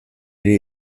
nire